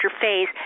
phase